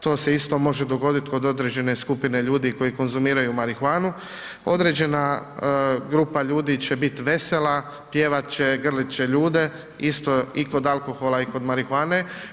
to se isto može dogodit kod određene skupine ljudi koji konzumiraju marihuanu, određena grupa ljudi će bit vesela, pjevat će, grlit će ljude, isto i kod alkohola i kod marihuane.